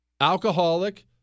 Alcoholic